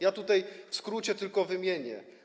Ja tutaj w skrócie tylko to wymienię.